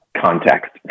context